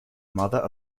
mother